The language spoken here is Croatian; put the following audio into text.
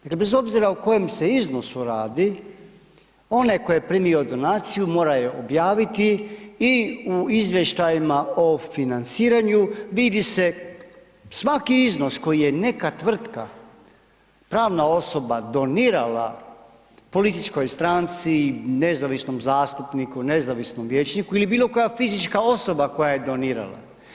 Dakle bez obzira o kojem se iznosu radi onaj koji je primio donaciju mora je objaviti i u izvještajima o financiranju vidi se svaki iznos koji je neka tvrtka, prava osoba donirala političkoj stranci, nezavisnom zastupniku, nezavisnom vijećniku ili bilo koja fizička osoba koja je donirala.